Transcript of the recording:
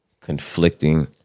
conflicting